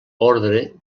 ordre